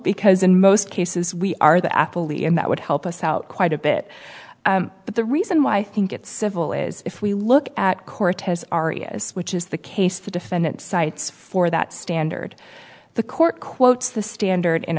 because in most cases we are the actually and that would help us out quite a bit but the reason why i think it's civil is if we look at cortez arias which is the case the defendant cites for that standard the court quotes the standard in